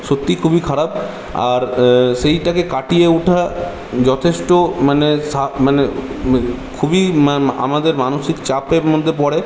সত্যি খুবই খারাপ আর সেটাকে কাটিয়ে ওঠা যথেষ্ট মানে মানে খুবই আমাদের মানসিক চাপের মধ্যে পড়ে